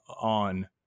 on